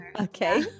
okay